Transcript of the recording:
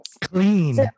clean